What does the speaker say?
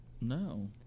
No